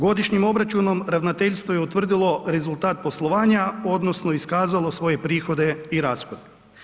Godišnjim obračunom ravnateljstvo je utvrdilo rezultat poslovanja odnosno iskazalo svoje prihode i rashode.